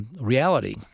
reality